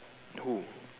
who